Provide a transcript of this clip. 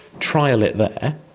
trial it there,